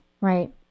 right